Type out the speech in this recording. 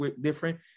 different